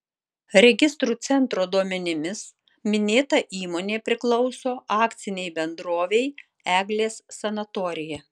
registrų centro duomenimis minėta įmonė priklauso akcinei bendrovei eglės sanatorija